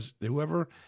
Whoever